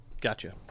Gotcha